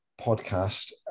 podcast